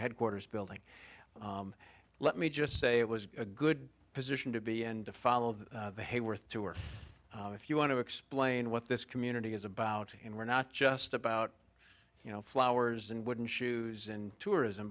headquarters building let me just say it was a good position to be and to follow the hayworth to work if you want to explain what this community is about and we're not just about you know flowers and wooden shoes and tourism